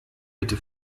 bitte